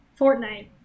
Fortnite